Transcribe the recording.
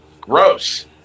gross